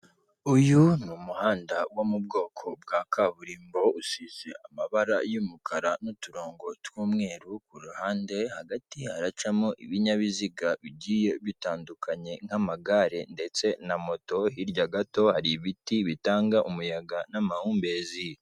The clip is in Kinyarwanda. Uyu ni umuhanda wo mu bwoko bwa kaburimbo, usize amabara y'umukara n'uturongo tw'umweru ku ruhande, hagati haracamo ibinyabiziga bigiye bitandukanye nk'amagare ndetse na moto, hirya gato hari ibiti bitanga umuyaga n'amahumbezi.